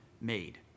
made